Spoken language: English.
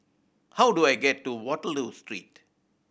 how do I get to Waterloo Street